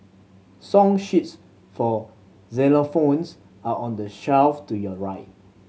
song sheets for xylophones are on the shelf to your right